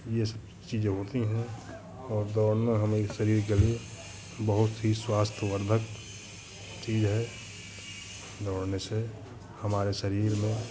ये सब चीज़ें होती हैं और दौड़ना हमारे शरीर के लिए बहुत ही स्वास्थ्यवर्धक चीज़ है दौड़ने से हमारे शरीर में